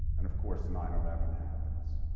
and of course nine eleven happens.